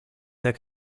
der